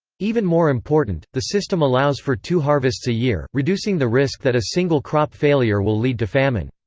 even more important, the system allows for two harvests a year, reducing the risk that a single crop failure will lead to famine.